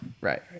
Right